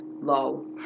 Lol